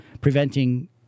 preventing—